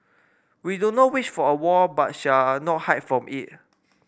we do not wish for a war but shall not hide from it